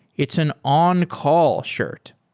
it's an on-call shirt.